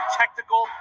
technical